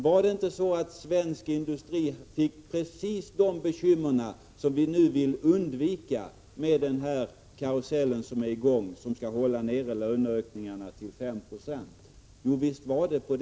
Var det inte så att svensk industri fick precis de bekymmer som vi nu vill undvika med den karusell som ni sätter i gång och som skall hålla nere löneökningarna till 5 96? Jo, visst var det så!